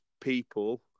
people